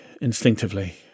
instinctively